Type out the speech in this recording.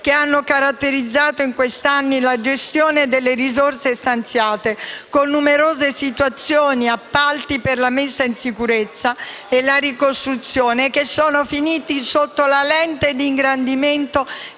che hanno caratterizzato in questi anni la gestione delle risorse stanziate, con numerose situazioni e appalti per la messa in sicurezza e la ricostruzione che sono finti sotto la lente di ingrandimento